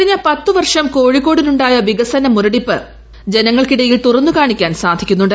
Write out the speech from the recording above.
കഴിഞ്ഞ പത്തു വർഷം കോഴിക്കോടിനുണ്ടായ വികസന മുരടിപ്പ് ജനങ്ങൾക്കിടയിൽ തുറന്നു കാണിക്കാൻ സാധിക്കുന്നുണ്ട്